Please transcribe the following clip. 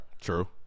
True